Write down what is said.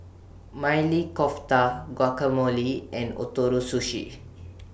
Maili Kofta Guacamole and Ootoro Sushi